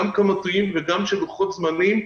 גם כמותיים וגם של לוחות זמנים.